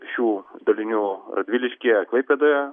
šių dalinių radviliškyje ir klaipėdoje